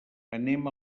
anem